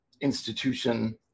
institution